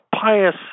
pious